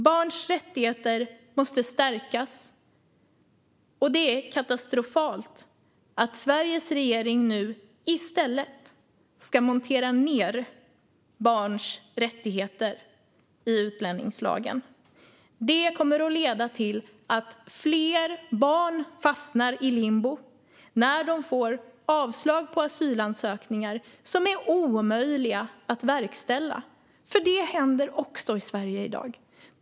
Barns rättigheter måste stärkas, och det är katastrofalt att Sveriges regering nu i stället ska montera ned barns rättigheter i utlänningslagen. Det kommer att leda till att fler barn fastnar i limbo när de får avslag på asylansökningar som är omöjliga att verkställa. För det händer också i Sverige i dag.